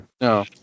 No